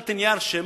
וקיבלתי נייר.